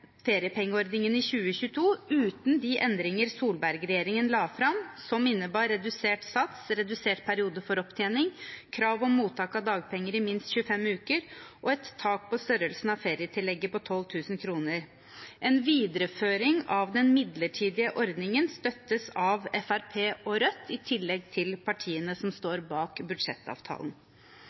feriepengeordningen i 2022 uten de endringer Solberg-regjeringen la fram, som innebar redusert sats, redusert periode for opptjening, krav om mottak av dagpenger i minst 25 uker og et tak på størrelsen av ferietillegget på 12 000 kr. En videreføring av den midlertidige ordningen støttes av Fremskrittspartiet og Rødt i tillegg til partiene som står bak budsjettavtalen.